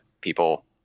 people